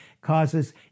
causes